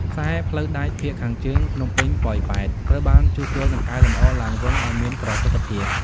ខ្សែផ្លូវដែកភាគខាងជើង (ភ្នំពេញ-ប៉ោយប៉ែត) ត្រូវបានជួសជុល និងកែលម្អឡើងវិញឱ្យមានប្រសិទ្ធភាព។